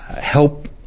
help